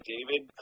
David